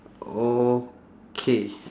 okay